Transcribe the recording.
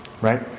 Right